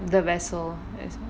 the vessel